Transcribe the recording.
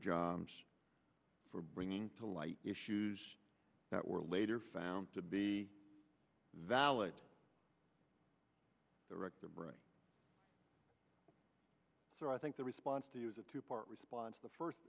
jobs for bringing to light issues that were later found to be valid the rector brain so i think the response to use a two part response the first